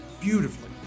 beautifully